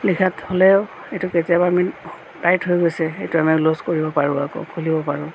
দেখাত হ'লেও এইটো কেতিয়াবা আমি টাইট হৈ গৈছে সেইটো আমি লুজ কৰিব পাৰোঁ আকৌ খুলিব পাৰোঁ